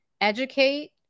educate